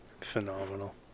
Phenomenal